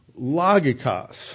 logikos